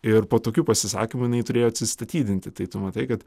ir po tokių pasisakymų jinai turėjo atsistatydinti tai tu matai kad